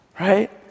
right